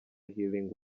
healing